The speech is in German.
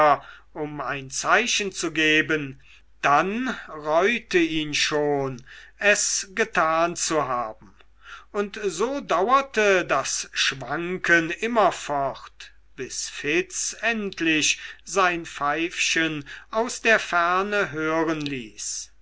um ein zeichen zu geben dann reute ihn schon es getan zu haben und so dauerte das schwanken immerfort bis fitz endlich sein pfeifchen aus der ferne hören ließ